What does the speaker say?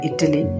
Italy